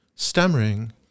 stammering